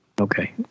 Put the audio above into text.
Okay